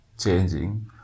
changing